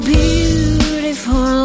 beautiful